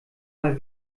mal